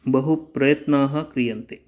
बहु प्रयत्नाः क्रियन्ते